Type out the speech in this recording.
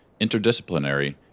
interdisciplinary